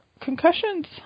concussions